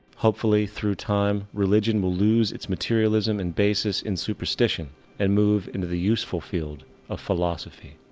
hopefully, through time, religion will loose it's materialism and basis in superstition and move into the useful field of philosophy.